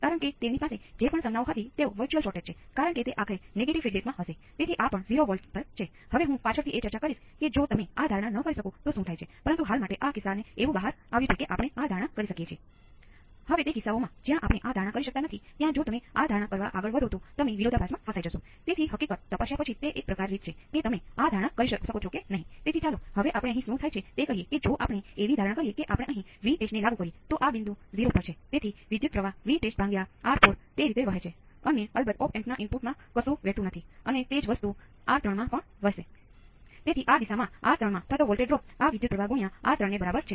કારણ કે તમારી પાસે R અને C નું ચોક્કસ મૂલ્ય હોય છે ત્યાં દલીલમાં 1 ભાંગ્યા RC સાથે ચોક્કસ લાક્ષણિકતા સાથે એક એક્સપોનેન્શીઅલ છે